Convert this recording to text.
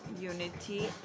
unity